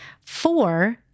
Four